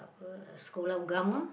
apa sekolah ugama